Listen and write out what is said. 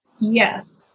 Yes